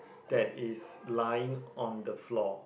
that is lying on the floor